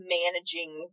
managing